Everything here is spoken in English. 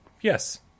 Yes